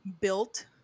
built